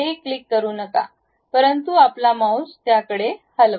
कुठेही क्लिक करू नका परंतु आपला माउस त्याकडे हलवा